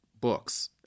books